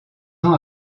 ans